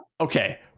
okay